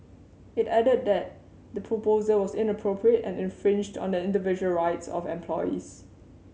it added that the proposal was inappropriate and infringed on the individual rights of employees